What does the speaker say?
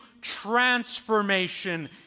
transformation